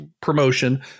promotion